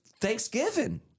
Thanksgiving